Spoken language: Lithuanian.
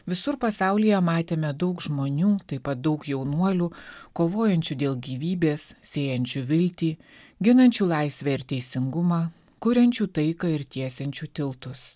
visur pasaulyje matėme daug žmonių taip pat daug jaunuolių kovojančių dėl gyvybės sėjančių viltį ginančių laisvę ir teisingumą kuriančių taiką ir tiesiančių tiltus